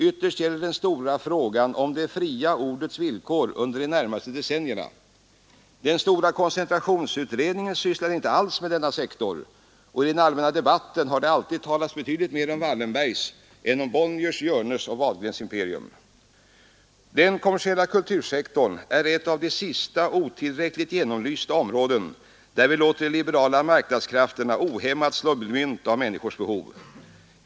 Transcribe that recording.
Ytterst gäller den stora frågan det fria ordets villkor under de närmaste decennierna. Den stora koncentrationsutredningen sysslade inte alls med denna sektor, och i den allmänna debatten har det alltid talats betydligt mer om Wallenbergs än om Bonniers, Hjörnes och Wahlgrens imperium. Den kommersiella kultursektorn är ett av de sista otillräckligt genomlysta områden där vi låter de liberala marknadskrafterna ohämmat slå mynt av människornas behov.